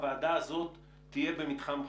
הוועדה הזאת תהיה במתחם חיסון.